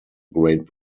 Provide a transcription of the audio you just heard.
great